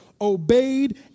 obeyed